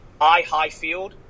ihighfield